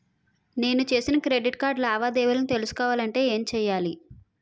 నేను చేసిన credit card లావాదేవీలను తెలుసుకోవాలంటే ఏం చేయాలి?